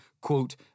quote